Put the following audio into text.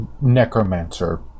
Necromancer